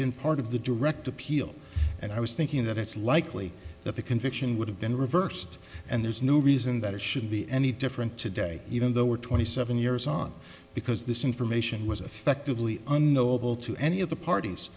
been part of the direct appeal and i was thinking that it's likely that the conviction would have been reversed and there's no reason that it should be any different today even though we're twenty seven years on because this information was affectively unknowable to any of the parties